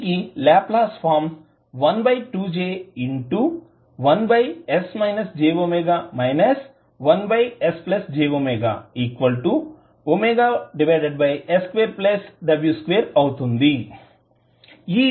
దీనికి Laplace form 12j1s jw 1sjwws2w2 అవుతుంది